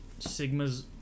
Sigmas